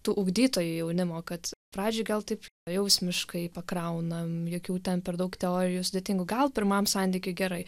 tų ugdytojų jaunimo kad pradžioj gal taip jausmiškai pakraunam jokių ten per daug teorijų sudėtingų gal pirmam santykiui gerai